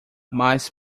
mas